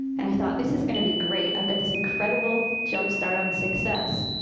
and i thought, this is going to be great! i've got this incredible jump start on success.